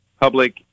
public